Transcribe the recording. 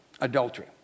adultery